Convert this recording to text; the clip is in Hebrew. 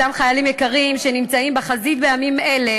אותם חיילים יקרים שנמצאים בחזית בימים אלה